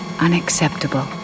Unacceptable